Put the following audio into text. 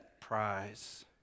prize